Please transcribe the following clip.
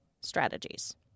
strategies